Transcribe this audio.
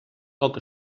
poc